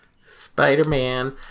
Spider-Man